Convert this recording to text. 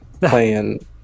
playing